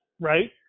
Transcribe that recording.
right